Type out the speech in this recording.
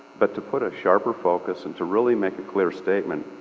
but to put a sharper focus and to really make a clear statement,